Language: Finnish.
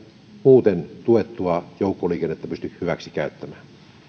muuten tuettua joukkoliikennettä pysty käyttämään hyväksi